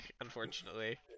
unfortunately